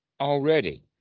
already